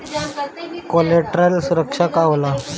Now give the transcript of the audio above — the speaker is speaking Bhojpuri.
कोलेटरल सुरक्षा का होला?